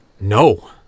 No